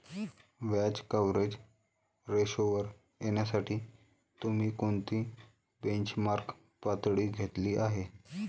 व्याज कव्हरेज रेशोवर येण्यासाठी तुम्ही कोणती बेंचमार्क पातळी घेतली आहे?